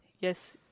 Yes